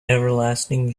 everlasting